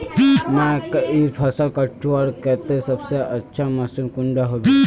मकईर फसल कटवार केते सबसे अच्छा मशीन कुंडा होबे?